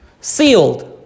Sealed